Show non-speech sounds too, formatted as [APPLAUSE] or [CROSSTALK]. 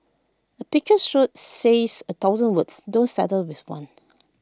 A picture [UNINTELLIGIBLE] says A thousand words don't settle with one